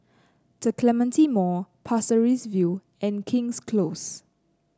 The Clementi Mall Pasir Ris View and King's Close